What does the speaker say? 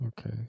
Okay